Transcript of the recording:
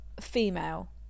female